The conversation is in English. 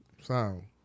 sound